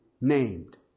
named